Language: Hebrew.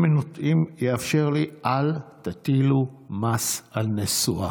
אם יתאפשר לי: אל תטילו מס על נסועה.